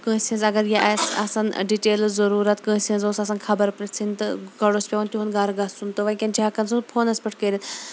کٲنٛسہِ ہٕنز اَگَر یہِ آسہِ آسان ڈِٹیلٕز ضروٗرَت کٲنٛسہِ ہٕنٛز اوس آسان خَبَر پرژھٕنۍ تہٕ گۄڈٕ اوس پیٚوان تِہُنٛد گَرٕ گَژھُن وٕکٮ۪ن چھِ ہیٚکان سُہ پھونَس پیٹھ کٔرِتھ